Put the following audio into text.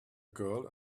girl